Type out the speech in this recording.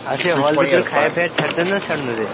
ଆଉ ସେ ହଲ୍ ଭିତରକୁ ଖାଇବା ପିଇବା ଛାଡ଼ୁଛନ୍ତି ନା ଛାଡ଼ୁନାହାନ୍ତି